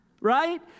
right